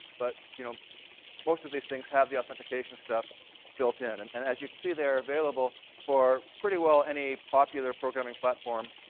but you know most of these things have the authentication stuff built in. and and as you can see, they are available for pretty well any popular programming platform